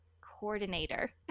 coordinator